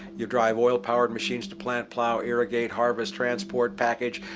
you drive oil-powered machines to plant, plow, irrigate, harvest, transport, package.